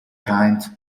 kind